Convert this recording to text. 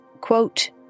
quote